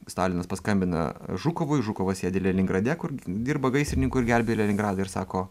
stalinas paskambina žukovui žukovas sėdi leningrade kur dirba gaisrininku ir gelbėja leningradą ir sako